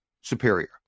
superior